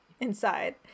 inside